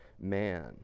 man